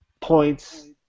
points